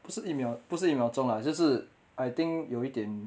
不是一秒不是一秒钟啦就是 I think 有一点